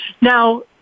Now